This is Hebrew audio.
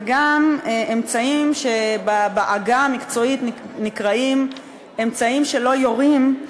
וגם אמצעים שבעגה המקצועית נקראים "אמצעים שלא יורים",